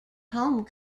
home